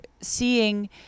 seeing